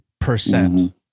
percent